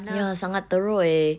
ya sangat teruk eh